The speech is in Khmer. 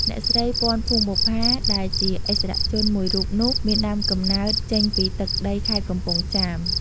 អ្នកស្រី ពាន់ ភួងបុប្ផា ដែលជាឥស្សរជនមួយរូបនោះ មានដើមកំណើតចេញពីទឹកដី ខេត្តកំពង់ចាម។